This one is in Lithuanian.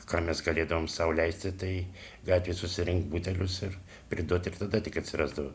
ką mes galėdavom sau leisti tai gatvėj susirinkt butelius ir priduoti ir tada tik atsirasdavo